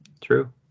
True